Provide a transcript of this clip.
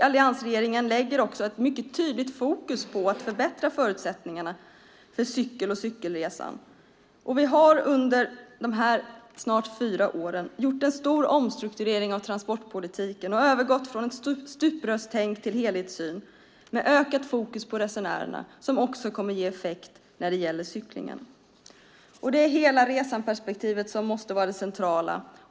Alliansregeringen lägger också tydligt fokus på att förbättra förutsättningarna för cyklandet och cykelresan. Vi har under dessa snart fyra år gjort en stor omstrukturering av transportpolitiken och övergått från ett stuprörstänk till en helhetssyn med ökat fokus på resenärerna, vilket också kommer att ge effekt när det gäller cyklingen. Perspektivet på hela resan måste vara det centrala.